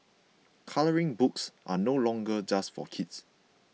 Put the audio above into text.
colouring books are no longer just for kids